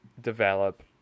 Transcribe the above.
develop